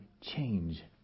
change